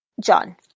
John